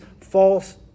false